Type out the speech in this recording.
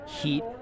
heat